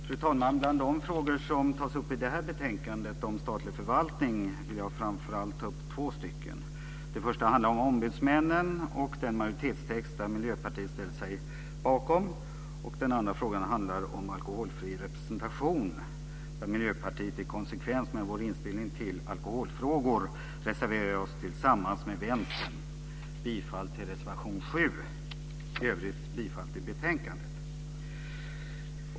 Fru talman! Bland de frågor som tas upp i detta betänkande om statlig förvaltning vill jag framför allt ta upp två frågor. Den första handlar om ombudsmännen och den majoritetstext som Miljöpartiet ställt sig bakom. Den andra frågan handlar om alkoholfri representation, där vi i Miljöpartiet i konsekvens med vår inställning till alkoholfrågor reserverar oss tillsammans med Jag yrkar bifall till reservation 7, i övrigt bifall till betänkandet. Fru talman!